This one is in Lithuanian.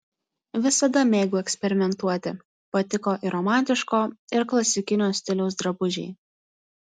visada mėgau eksperimentuoti patiko ir romantiško ir klasikinio stiliaus drabužiai